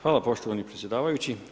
Hvala poštovani predsjedavajući.